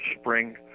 spring